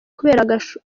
kubera